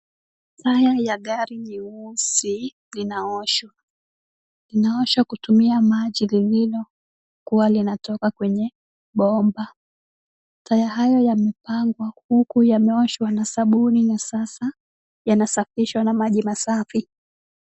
Taya ya gari nyeusi inaoshwa. Inaoshwa kutumia maji mimino kuwa linatoka kwenye bomba. Taya hayo yamepangwa huku yameoshwa na sabuni na sasa yanasafishwa na maji masafi.